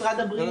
משרד הבריאות,